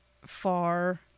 far